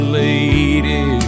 lady